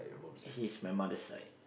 he's my mother side